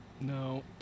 No